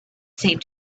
seemed